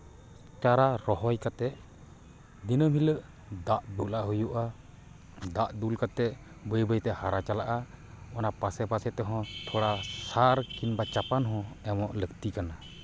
ᱪᱟᱨᱟ ᱨᱚᱦᱚᱭ ᱠᱟᱛᱮᱫ ᱫᱤᱱᱟᱹᱢ ᱦᱤᱞᱳᱜ ᱫᱟᱜ ᱫᱩᱞᱟᱜ ᱦᱩᱭᱩᱜᱼᱟ ᱫᱟᱜ ᱫᱩᱞ ᱠᱟᱛᱮᱫ ᱵᱟᱹᱭ ᱵᱟᱹᱭᱛᱮ ᱦᱟᱨᱟ ᱪᱟᱞᱟᱜᱼᱟ ᱚᱱᱟ ᱯᱟᱥᱮ ᱯᱟᱥᱮ ᱛᱮᱦᱚᱸ ᱛᱷᱚᱲᱟ ᱥᱟᱨ ᱠᱤᱢᱵᱟ ᱪᱟᱯᱟᱱ ᱦᱚᱸ ᱮᱢᱚᱜ ᱞᱟᱹᱠᱛᱤ ᱠᱟᱱᱟ